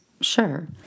Sure